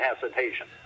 hesitation